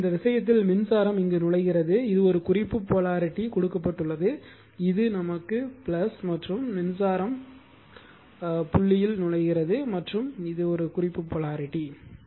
எனவே இந்த விஷயத்தில் மின்சாரம் நுழைகிறது இது ஒரு குறிப்பு போலாரிட்டி கொடுக்கப்பட்டுள்ளது இது மற்றும் மின்சாரம் நுழைவு புள்ளி மற்றும் இது குறிப்பு போலாரிட்டி